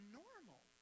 normal